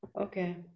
Okay